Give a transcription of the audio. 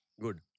good